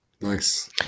Nice